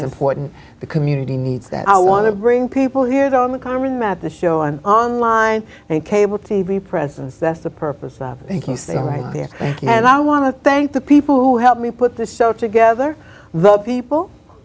important the community needs that i want to bring people here on the common map the show on online and cable t v presence that's the purpose of thanking stay right there and i want to thank the people who helped me put this show together the people